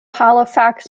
halifax